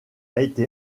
été